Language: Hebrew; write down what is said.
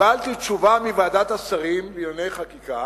קיבלתי תשובה מוועדת השרים לענייני חקיקה